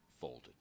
folded